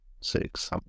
six